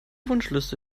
wunschliste